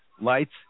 lights